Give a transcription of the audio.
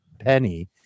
Penny